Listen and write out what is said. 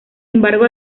embargo